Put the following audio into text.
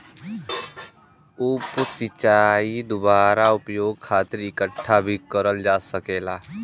उप सिंचाई दुबारा उपयोग खातिर इकठ्ठा भी करल जा सकेला